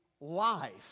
life